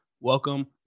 welcome